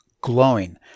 glowing